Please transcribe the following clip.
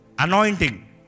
Anointing